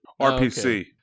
rpc